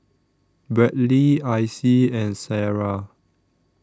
Bradly Icy and Sarrah